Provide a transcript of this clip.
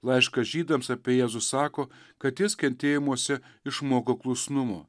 laiškas žydams apie jėzų sako kad jis kentėjimuose išmoko klusnumo